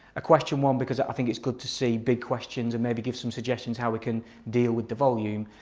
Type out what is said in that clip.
a question one because i think it's good to see big questions and maybe give some suggestions how we can deal with the volume,